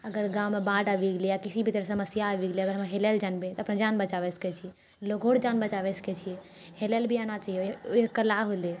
अगर गाममे बाढ़ि आबि गेलै या किसी भी तरहसँ समस्या आबि गेलै अगर हम हेलय लेल जानबै तऽ अपन जान बचाबै सकै छी लोगो र भी जान बचाबे सकै छी हेलल भी आना चाही ओ ओ एक कला होलै